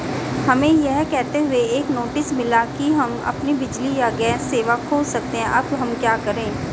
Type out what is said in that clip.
हमें यह कहते हुए एक नोटिस मिला कि हम अपनी बिजली या गैस सेवा खो सकते हैं अब हम क्या करें?